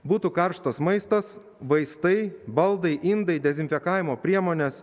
būtų karštas maistas vaistai baldai indai dezinfekavimo priemonės